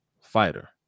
fighter